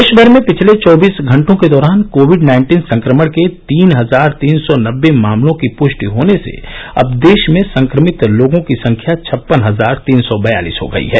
देश भर में पिछले चौबीस घंटों के दौरान कोविड नाइन्टीन संक्रमण के तीन हजार तीन सौ नब्बे मामलों की पृष्टि होने से अब देश में संक्रमित लोगों की संख्या छप्पन हजार तीन सौ बयालिस हो गई है